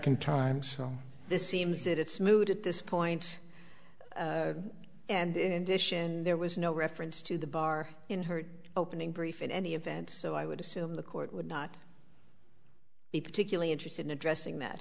in time so this seems that it's moot at this point and issue and there was no reference to the bar in her opening brief in any event so i would assume the court would not be particularly interested in addressing that